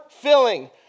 filling